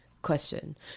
question